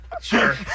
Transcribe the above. sure